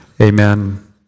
Amen